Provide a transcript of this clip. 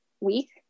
week